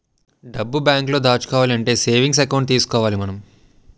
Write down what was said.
డబ్బు బేంకులో దాచుకోవాలంటే సేవింగ్స్ ఎకౌంట్ తీసుకోవాలి మనం